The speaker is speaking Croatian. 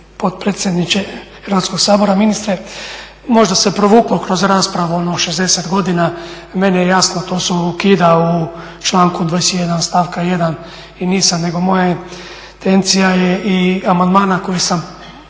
potpredsjedniče Hrvatskoga sabora. Ministre, možda se provuklo kroz raspravu ono 60 godina, meni je jasno to se ukida u članku 21. stavka 1. i nisam nego moja intencija je i amandmana koje sam